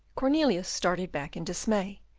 cornelius started back in dismay,